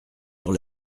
sur